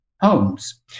homes